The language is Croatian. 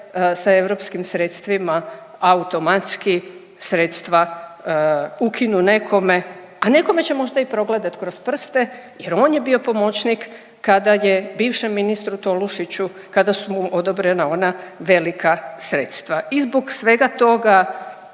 sa europskim sredstvima automatski sredstva ukinu nekome, a nekome će možda i progledati kroz prste jer on je bio pomoćnik kada je bivšem ministru Tolušiću, kada su mu odobrena ona velika sredstva. I zbog svega toga